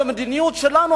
במדיניות שלנו,